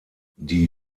die